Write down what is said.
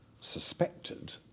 suspected